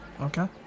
Okay